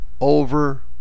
over